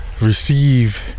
receive